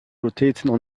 rotating